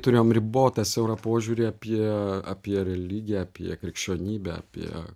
turėjom ribotą siaurą požiūrį apie apie religiją apie krikščionybę apie